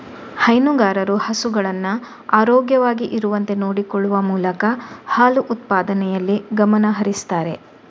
ಹೈನುಗಾರರು ಹಸುಗಳನ್ನ ಆರೋಗ್ಯವಾಗಿ ಇರುವಂತೆ ನೋಡಿಕೊಳ್ಳುವ ಮೂಲಕ ಹಾಲು ಉತ್ಪಾದನೆಯಲ್ಲಿ ಗಮನ ಹರಿಸ್ತಾರೆ